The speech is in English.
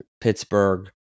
Pittsburgh